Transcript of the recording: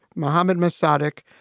mohammad mossadeq,